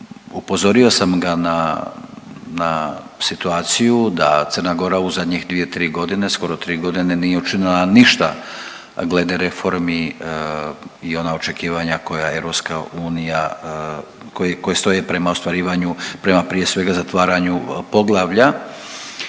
upozorio sam ga na situaciju da Crna Gora u zadnjih 2, 3 godine, skoro 3 godine nije učinila ništa glede reformi i ona očekivanja koja EU, koje stoje prema ostvarivanju, prema prije svega, zatvaranju poglavlja